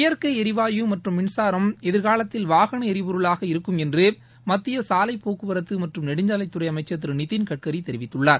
இயற்கை எரிவாயு மற்றும் மின்சாரம் எதிர்காலத்தில் வாகன எரிபொருளாக இருக்கும் என்று மத்திய சாலைப்போக்குவரத்து மற்றும் நெடுஞ்சாலைத்துறை அமைச்சர் திரு நிதின்கட்கரி தெரிவித்துள்ளார்